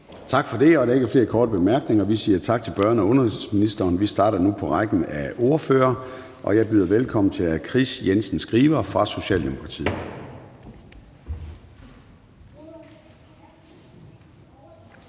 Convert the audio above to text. Tak for det. Der er ikke flere korte bemærkninger. Vi siger tak til børne- og undervisningsministeren. Vi starter nu på rækken af ordførere, og jeg byder velkommen til hr. Kris Jensen Skriver fra Socialdemokratiet.